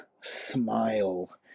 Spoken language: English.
Smile